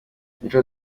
mico